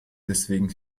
deswegen